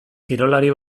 kirolari